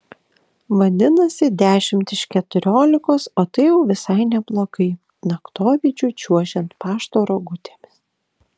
vadinasi dešimt iš keturiolikos o tai jau visai neblogai naktovidžiu čiuožiant pašto rogutėmis